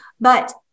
but-